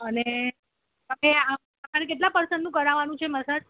અને તમે આ તમારે કેટલા પર્સનનું કરાવવાનું છે મસાજ